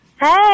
Hey